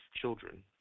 children